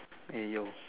eh yo